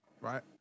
right